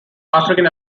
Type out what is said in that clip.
african